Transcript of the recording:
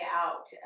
out